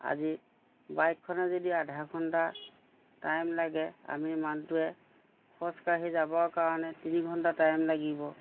আজি বাইকখনে যদি আধা ঘণ্টা টাইম লাগে আমি মানুহটোৱে খোজকাঢ়ি যাবৰ কাৰণে তিনি ঘণ্টা টাইম লাগিব